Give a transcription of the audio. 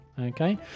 Okay